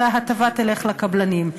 וההטבה תלך לקבלנים.